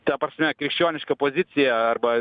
ta prasme krikščionišką poziciją arba